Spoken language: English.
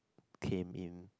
came in